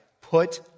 put